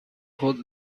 خود